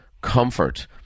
comfort